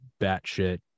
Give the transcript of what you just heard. batshit